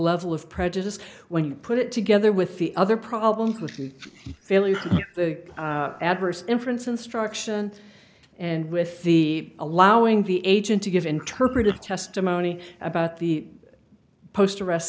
level of prejudice when you put it together with the other problems with the failure the adverse inference instruction and with the allowing the agent to give interpretive testimony about the post arrest